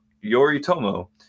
Yoritomo